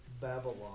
Babylon